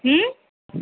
ہوں